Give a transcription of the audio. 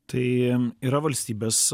tai yra valstybės